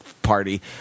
party